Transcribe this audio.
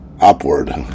upward